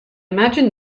imagine